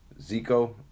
Zico